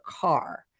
car